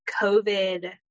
COVID